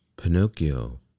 Pinocchio